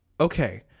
okay